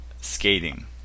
skating